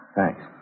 Thanks